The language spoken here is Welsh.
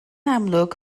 amlwg